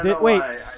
Wait